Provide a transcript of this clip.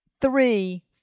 three